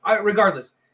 Regardless